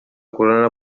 corona